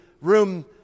room